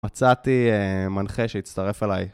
מצאתי מנחה שיצטרף אליי.